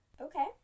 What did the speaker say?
okay